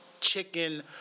chicken